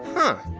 huh.